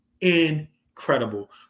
incredible